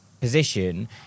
position